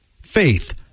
faith